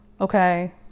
Okay